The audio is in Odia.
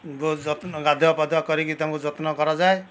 ଗୋ ଯତ୍ନ ଗାଧୁଆପାଧୁଆ କାରିକି ତାଙ୍କୁ ଯତ୍ନ କରାଯାଏ